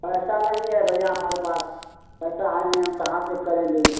पैसा नहीं है भैया हमारे पास पैसा है नहीं हम कहाँ से करेंगे